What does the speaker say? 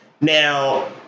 Now